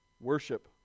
worship